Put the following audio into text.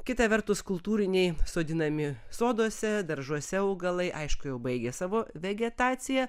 kita vertus kultūriniai sodinami soduose daržuose augalai aišku jau baigia savo vegetaciją